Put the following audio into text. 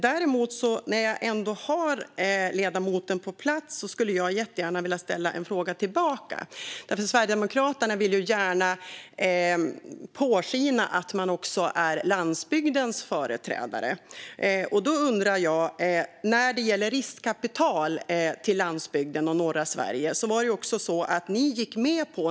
Däremot vill jag gärna ställa en fråga tillbaka nu när jag har ledamoten på plats. Sverigedemokraterna vill gärna låta påskina att de är landsbygdens företrädare. Jag undrar över det som gäller riskkapital till landsbygden och norra Sverige.